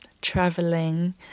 traveling